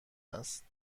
است